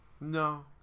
No